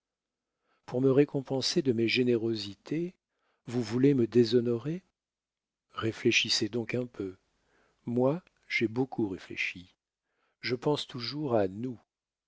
pour me récompenser de mes générosités vous voulez me déshonorer réfléchissez donc un peu moi j'ai beaucoup réfléchi je pense toujours à nous